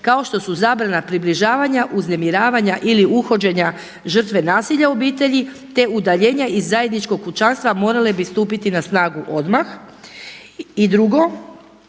kao što su zabrana približavanja, uznemiravanja ili uhođenja žrtve nasilja u obitelji, te udaljenja iz zajedničkog kućanstva morale bi stupiti na snagu odmah. I drugo,